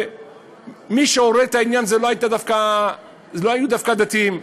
ומי שעוררו את העניין לא היו דווקא הדתיים,